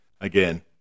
again